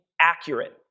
accurate